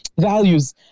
values